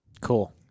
Cool